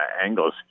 angles